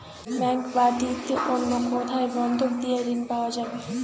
Bank ব্যাতীত অন্য কোথায় বন্ধক দিয়ে ঋন পাওয়া যাবে?